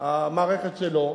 המערכת שלו,